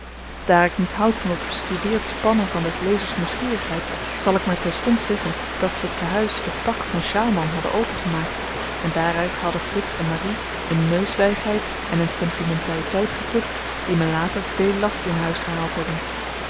daar ik niet houd van dat bestudeerd spannen van des lezers nieuwsgierigheid zal ik maar terstond zeggen dat ze te-huis het pak van sjaalman hadden opengemaakt en daaruit hadden frits en marie een neuswysheid en een sentimentaliteit geput die me later veel last in huis gehaald hebben